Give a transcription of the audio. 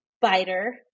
Biter